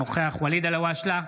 אינו נוכח ואליד אלהואשלה,